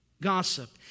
gossip